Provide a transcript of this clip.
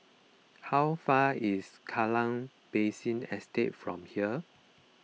how far is Kallang Basin Estate from here